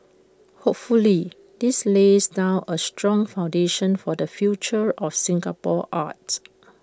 hopefully this lays down A strong foundation for the future of Singapore art